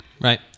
Right